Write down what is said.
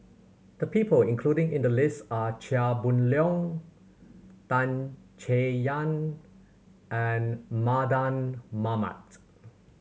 the people including in the list are Chia Boon Leong Tan Chay Yan and Mardan Mamat